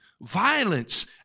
violence